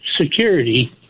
security